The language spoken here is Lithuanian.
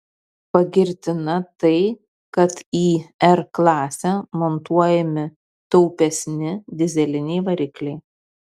pagirtina tai kad į r klasę montuojami taupesni dyzeliniai varikliai